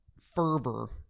fervor